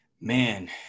man